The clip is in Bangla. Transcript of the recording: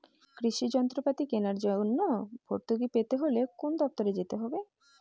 কৃষি যন্ত্রপাতি কেনার জন্য ভর্তুকি পেতে হলে কোন দপ্তরে যেতে হবে?